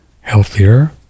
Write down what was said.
healthier